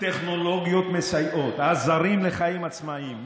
טכנולוגיות מסייעות, עזרים לחיים עצמאיים.